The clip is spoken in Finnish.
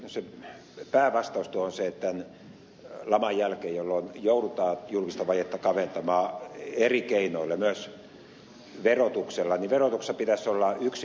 päävastaus on tuohon se että laman jälkeen jolloin joudutaan julkista vajetta kaventamaan eri keinoilla myös verotuksella verotuksessa pitäisi olla yksi pääohje